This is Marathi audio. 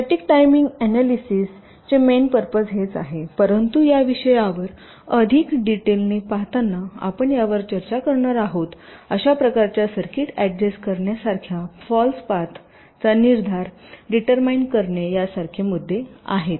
स्टॅटिक टायमिंगच्या अनालिसिस चे मेन पर्पज हेच आहे परंतु या विषयावर अधिक डिटेलने पाहताना आपण यावर चर्चा करणार आहोत अशा प्रकारच्या सर्किट अड्जस्ट करण्यासारख्या फाल्स पाथ चा निर्धार डीटरमाईन करणे यासारखे मुद्दे आहेत